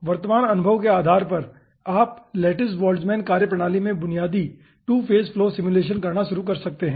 वर्तमान अनुभव के आधार पर आप लॅटिस बोल्ट्जमैन कार्यप्रणाली में बुनियादी 2 फेज फ्लो सिमुलेशन करना शुरू कर सकते हैं